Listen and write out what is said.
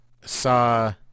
saw